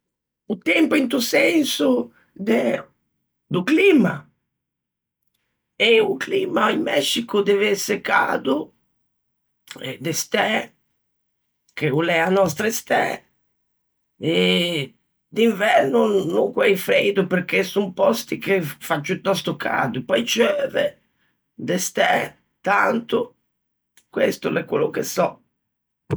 O tempo into senso de, do climma? E, o climma in Mescico o dev'ëse cado, de stæ che o l'a nòstra stæ, eee, d'inverno no guæi freido, perché son pòsti che fa ciutosto cado. Pöi ceuve de stæ, tanto, questo l'é quello che sò.